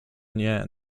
nie